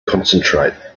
concentrate